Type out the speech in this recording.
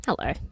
Hello